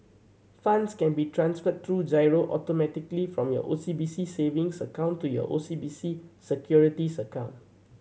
funds can be transferred through giro automatically from your O C B C savings account to your O C B C Securities account